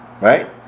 Right